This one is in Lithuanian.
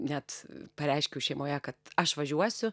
net pareiškiau šeimoje kad aš važiuosiu